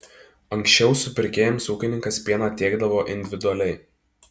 anksčiau supirkėjams ūkininkas pieną tiekdavo individualiai